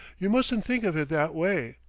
you mustn't think of it that way.